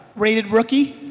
rated rookie.